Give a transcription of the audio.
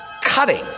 cutting